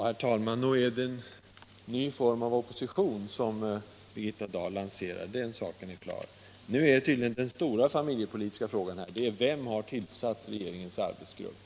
Herr talman! Nog är det en ny form av opposition som Birgitta Dahl lanserar, den saken är klar. Nu är tydligen den stora familjepolitiska frågan vem som har tillsatt regeringens arbetsgrupp.